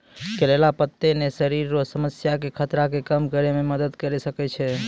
करेला कत्ते ने शरीर रो समस्या के खतरा के कम करै मे मदद करी सकै छै